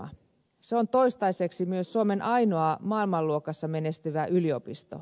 se on toistaiseksi myös suomen ainoa maailmanluokassa menestyvä yliopisto